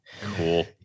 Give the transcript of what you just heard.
Cool